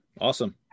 Awesome